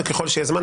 וככל שיהיה זמן,